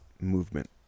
movement